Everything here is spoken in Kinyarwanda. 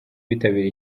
bitabiriye